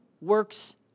works